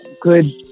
good